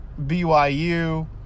BYU